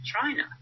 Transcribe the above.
China